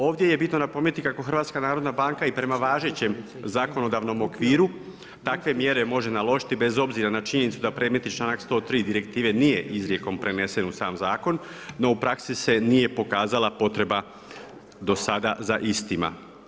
Ovdje je bitno napomenuti kako Hrvatska narodna banka i prema važećem zakonodavnom okviru takve mjere može naložiti bez obzira na činjenicu da predmetni članak 103. direktive nije izrijekom prenesen u sam zakon, no u praksi se nije ukazala potreba do sada za istima.